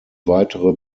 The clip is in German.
weitere